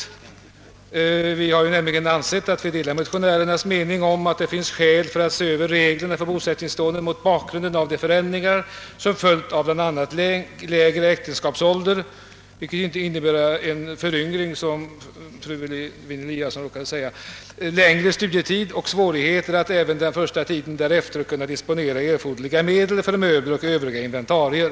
I utlåtandet sägs att utskottet delar motionärernas mening om att det finns skäl att se över reglerna för bosättningslånen mot bakgrund av de förändringar som följt av bl.a. lägre äktenskapsålder — vilket väl inte innebär en föryngring, som fru Lewén-Eliasson råkade säga — längre studietid och svårigheterna att även den första tiden därefter kunna disponera erforderliga medel för möbler och övriga inventarier.